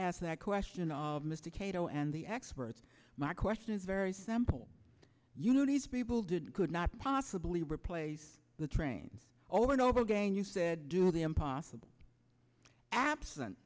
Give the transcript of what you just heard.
ask that question of mr kato and the experts my question is very semple you know these people did could not possibly replace the trains over and over again you said do the impossible a